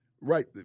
right